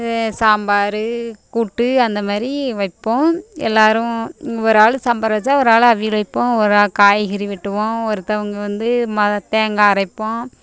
சாம்பார் கூட்டு அந்த மாதிரி வைப்போம் எல்லாேரும் ஒராள் சாம்பார் வைச்சா ஒராள் அவியல் வைப்போம் ஒராள் காய்கறி வெட்டுவோம் ஒருத்தவங்கள் வந்து மர தேங்காய் அரைப்போம்